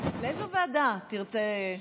לאיזו ועדה תרצה?